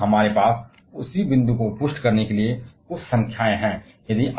यहाँ मेरे पास कुछ संख्याओं के समान बिंदु है